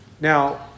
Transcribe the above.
Now